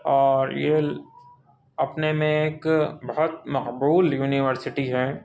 اور یہ اپنے میں ایک بہت مقبول یونیورسٹی ہے